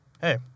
hey